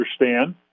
understand